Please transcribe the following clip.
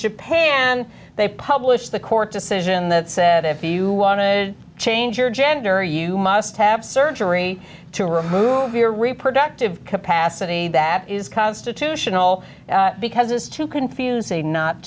japan and they published the court decision that said if you want to change your gender you must have surgery to remove your reproductive capacity that is constitutional because it's too confusing not